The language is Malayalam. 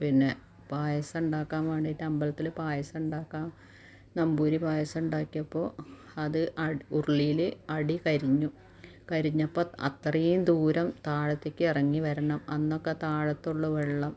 പിന്നന്നെ പായസം ഉണ്ടാക്കാൻ വേണ്ടിയിട്ട് അമ്പലത്തിൽ പായസം ഉണ്ടാക്കാൻ നമ്പൂതിരി പയസം ഉണ്ടാക്കിയപ്പോൾ അത് ഉരുളിയിൽ അടി കരിഞ്ഞു കരിഞ്ഞപ്പോൾ അത്രയും ദൂരം താഴത്തേക്ക് ഇറങ്ങി വരണം അന്നൊക്ക താഴത്തുള്ളൂ വെള്ളം